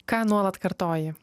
ką nuolat kartoji